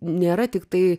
nėra tiktai